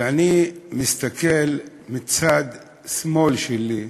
כשאני מסתכל לצד שמאל שלי,